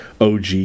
OG